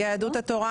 מי נציג יהדות התורה?